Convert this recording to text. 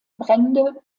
brände